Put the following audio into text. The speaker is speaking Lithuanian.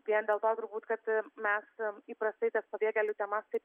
vien dėl to turbūt kad mes įprastai tas pabėgėlių temas taip